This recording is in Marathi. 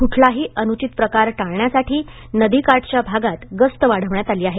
कुठलाही अनुचित प्रकार टाळण्यासाठी नदीकाठच्या भागांत गस्त वाढवण्यात आली आहे